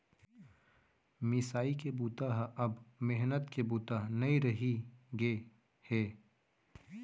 मिसाई के बूता ह अब मेहनत के बूता नइ रहि गे हे